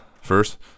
First